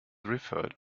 referred